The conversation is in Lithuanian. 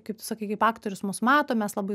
kaip tu sakai kaip aktorius mus mato mes labai